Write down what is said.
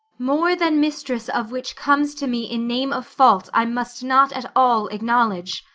more than mistress of which comes to me in name of fault, i must not at all acknowledge.